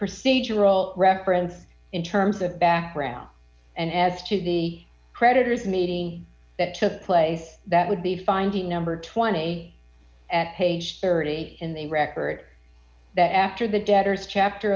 procedural reference in terms of background and as to the creditor's meeting that took place that would be finding number twenty at page thirty in the record that after the debtors chapter